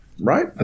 right